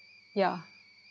ya